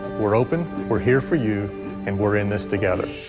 we're open we're here for you and we're in this together.